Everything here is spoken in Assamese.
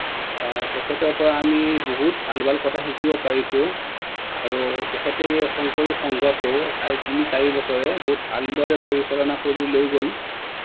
তেখেতৰ পৰা আমি বহুত ভাল ভাল কথা শিকিব পাৰিছোঁ আৰু তেখেতে শংকৰী সংঘটো চাৰে তিনি চাৰি বছৰে বহুত ভালদৰে পৰিচালনা কৰি লৈ গ'ল